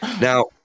Now